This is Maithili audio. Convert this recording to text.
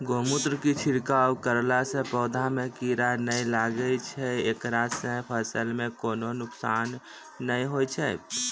गोमुत्र के छिड़काव करला से पौधा मे कीड़ा नैय लागै छै ऐकरा से फसल मे कोनो नुकसान नैय होय छै?